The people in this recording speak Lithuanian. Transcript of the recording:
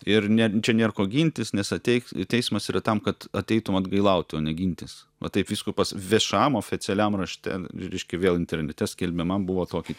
ir ne čia nėr ko gintis nes ateik teismas yra tam kad ateitum atgailauti o ne gintis va taip vyskupas viešam oficialiam rašte reiškia vėl internete skelbiamam buvo tokį